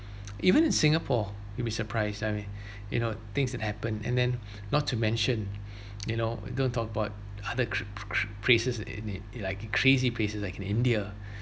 even in singapore you'll be surprised I mean you know things that happen and then not to mention you know don't talk about other cr~ cr~ places in it like the crazy places like in india